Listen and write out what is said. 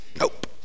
Nope